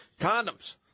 condoms